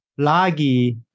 Lagi